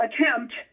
attempt